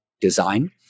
design